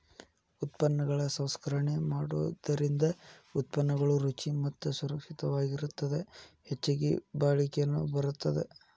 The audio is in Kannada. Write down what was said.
ಉತ್ಪನ್ನಗಳ ಸಂಸ್ಕರಣೆ ಮಾಡೋದರಿಂದ ಉತ್ಪನ್ನಗಳು ರುಚಿ ಮತ್ತ ಸುರಕ್ಷಿತವಾಗಿರತ್ತದ ಹೆಚ್ಚಗಿ ಬಾಳಿಕೆನು ಬರತ್ತದ